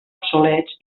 obsolets